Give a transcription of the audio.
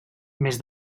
més